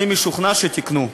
אני משוכנע שתקנו.